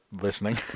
listening